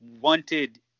wanted